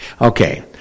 Okay